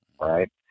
right